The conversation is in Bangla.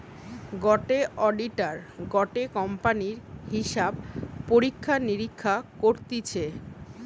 গটে অডিটার গটে কোম্পানির হিসাব পরীক্ষা নিরীক্ষা করতিছে